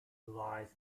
lies